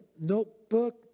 notebook